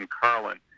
Carlin